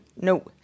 no